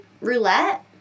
Roulette